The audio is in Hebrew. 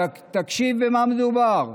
תקשיב במה מדובר.